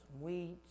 weeds